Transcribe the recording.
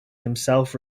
himself